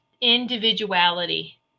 Individuality